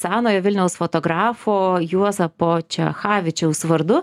senojo vilniaus fotografo juozapo čechavičiaus vardu